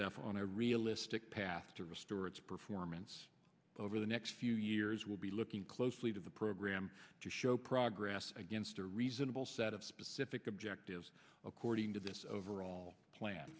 h on a realistic path to restore its performance over the next few years will be looking closely to the program to show progress against a reasonable set of specific objectives according to this overall plan